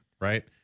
right